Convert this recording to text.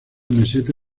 meseta